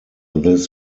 this